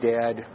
dad